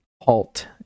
halt